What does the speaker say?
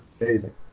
amazing